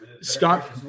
scott